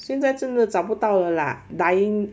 现在真的找不到了啦 dying